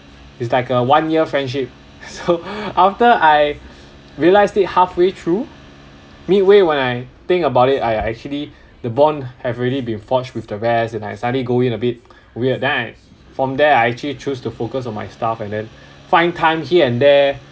it's like a one year friendship so after I realised it halfway through midway when I think about it I actually the bond have already been forged with the rest and I suddenly go in a bit weird then I from there I actually choose to focus on my stuff and then find time here and there